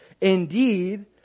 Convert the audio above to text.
Indeed